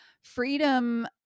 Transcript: freedom